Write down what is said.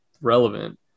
relevant